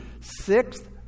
Sixth